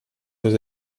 seus